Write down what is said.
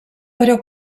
però